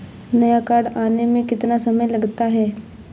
नया कार्ड आने में कितना समय लगता है?